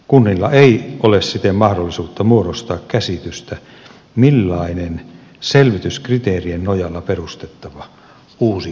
kunnilla ei ole siten mahdollisuutta muodostaa käsitystä millainen selvityskriteerien nojalla perustettava uusi kunta olisi